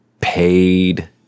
paid